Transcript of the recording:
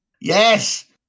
Yes